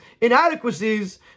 inadequacies